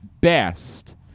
best